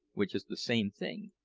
which is the same thing.